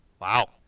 Wow